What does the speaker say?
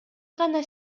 гана